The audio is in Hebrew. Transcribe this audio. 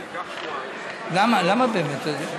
למה, למה באמת?